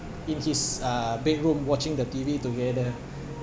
in his uh bedroom watching the T_V together